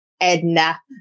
Edna